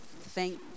Thank